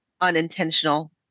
unintentional